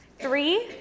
Three